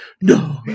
no